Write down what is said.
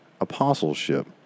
apostleship